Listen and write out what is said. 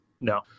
no